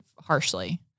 harshly